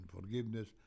forgiveness